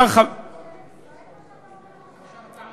זאת העמדה